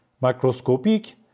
microscopic